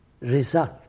result